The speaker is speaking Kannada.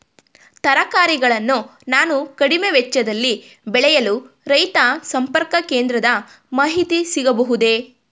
ತರಕಾರಿಗಳನ್ನು ನಾನು ಕಡಿಮೆ ವೆಚ್ಚದಲ್ಲಿ ಬೆಳೆಯಲು ರೈತ ಸಂಪರ್ಕ ಕೇಂದ್ರದ ಮಾಹಿತಿ ಸಿಗಬಹುದೇ?